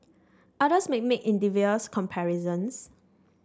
others may make invidious comparisons